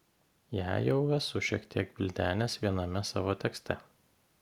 ją jau esu šiek tiek gvildenęs viename savo tekste